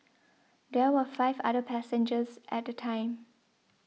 there were five other passengers at the time